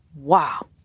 Wow